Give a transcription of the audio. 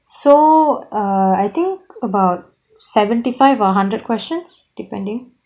so err I think about seventy five or hundred questions depending